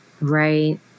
right